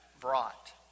brought